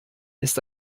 ist